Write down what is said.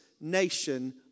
nation